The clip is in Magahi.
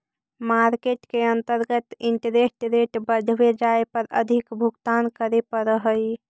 मार्केट के अंतर्गत इंटरेस्ट रेट बढ़वे जाए पर अधिक भुगतान करे पड़ऽ हई